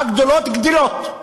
הגדולות גדלות.